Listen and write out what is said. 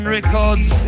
Records